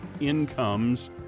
Incomes